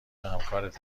همکارت